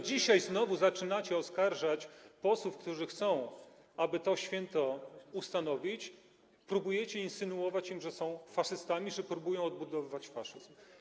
Dzisiaj znowu zaczyniacie oskarżać posłów, którzy chcą, aby to święto ustanowić, próbujecie insynuować im, że są faszystami, że próbują odbudowywać faszyzm.